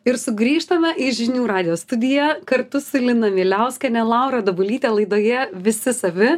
ir sugrįžtame į žinių radijo studiją kartu su lina miliauskienė laura dabulyte laidoje visi savi